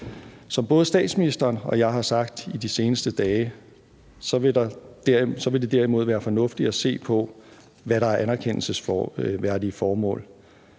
Som både statsministeren og jeg har sagt i de seneste dage, vil det derimod være fornuftigt at se på, hvad der er anerkendelsesværdige formål,